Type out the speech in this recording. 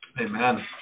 amen